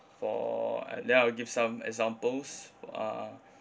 for and then I'll give some examples for uh